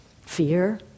fear